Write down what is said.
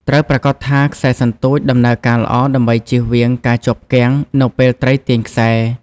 ត្រូវប្រាកដថា ខ្សែសន្ទូច ដំណើរការល្អដើម្បីជៀសវាងការជាប់គាំង នៅពេលត្រីទាញខ្សែ។